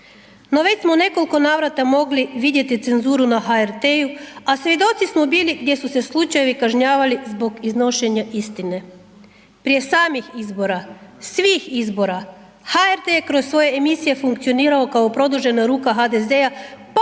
No, već smo u nekolko navrata mogli vidjeti cenzuru na HRT-u, a svjedoci smo bili gdje su se slučajevi kažnjavali zbog iznošenja istine, prije samih izbora, svih izbora, HRT je kroz svoje emisije funkcionirao kao produžena ruka HDZ-a potpuno